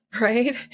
right